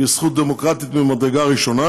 שהיא זכות דמוקרטית ממדרגה ראשונה,